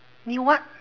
new what